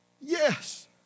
yes